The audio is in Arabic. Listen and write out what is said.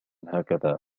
هكذا